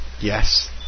Yes